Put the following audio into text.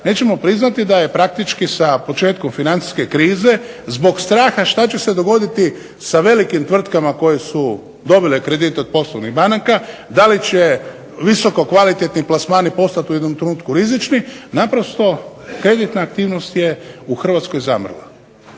nećemo priznati da je praktički sa početkom financijske krize zbog straha što će se dogoditi sa velikim tvrtkama koje su dobile kredite od poslovnih banka, da li će visokokvalitetni plasmani postati u jednom trenutku rizični naprosto kreditna aktivnost je u Hrvatskoj zamrla.